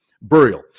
burial